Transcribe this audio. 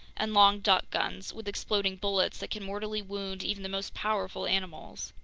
and long duck guns with exploding bullets that can mortally wound even the most powerful animals.